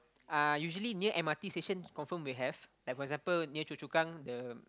uh usually near m_r_t station confirm will have like for example near Choa-Chu-Kang the